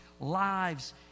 lives